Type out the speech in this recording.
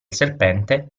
serpente